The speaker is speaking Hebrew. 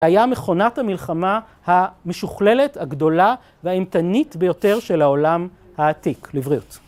היה מכונת המלחמה המשוכללת, הגדולה, והאימתנית ביותר של העולם העתיק. לבריאות.